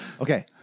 Okay